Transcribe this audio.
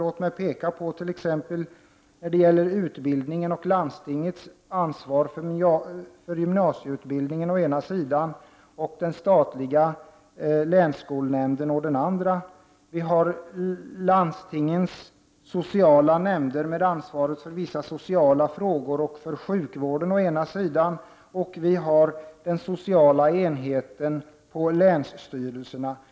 Låt mig peka på t.ex. utbildningen och landstingets ansvar för gymnasieutbildningen å ena sidan och den statliga länsskolnämnden å den andra. Vi har landstingens sociala nämnder med ansvar för vissa sociala frågor och sjukvården å den ena sidan, och vi har den sociala enheten på länsstyrelserna å den andra.